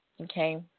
okay